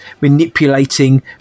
manipulating